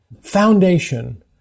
foundation